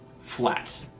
flat